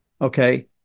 okay